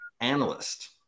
analyst